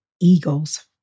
Eagles